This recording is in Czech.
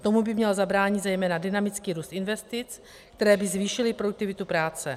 Tomu by měl zabránit zejména dynamický růst investic, které by zvýšily produktivitu práce.